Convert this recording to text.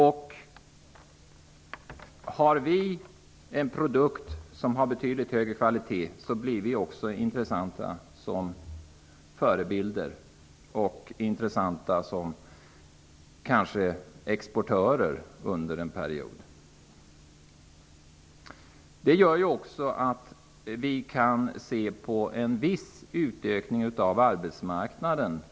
Om vi får en produkt med betydligt högre kvalitet så blir vi också intressanta som förebilder och kanske som exportörer under en period. Detta medför att vi kan få en viss utökning av arbetsmarknaden.